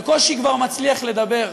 בקושי כבר מצליח לדבר.